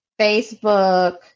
Facebook